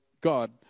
God